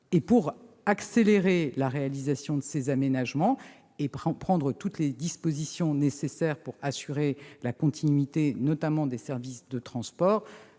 pour accélérer la réalisation de ces aménagements et prendre toutes les dispositions nécessaires afin d'assurer la continuité, notamment, des services de transport,